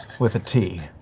with a t.